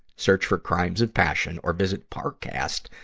search for crimes of passion or visit parcast.